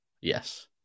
Yes